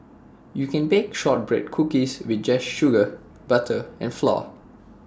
you can bake Shortbread Cookies with just sugar butter and flour